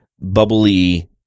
bubbly